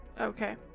okay